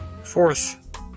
Fourth